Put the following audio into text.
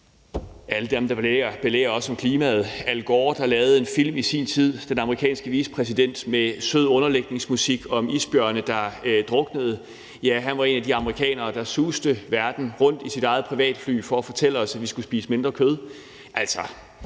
alle dem, der belærer os om klimaet. Der var f.eks. den amerikanske vicepræsident Al Gore, der i sin tid lavede en film med sød underlægningsmusik om isbjørne, der druknede. Ja, han var en af de amerikanere, der suste verden rundt i sit eget privatfly for at fortælle os, at vi skulle spise mindre kød. Altså,